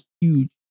huge